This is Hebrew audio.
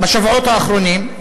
בשבועות האחרונים,